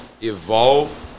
evolve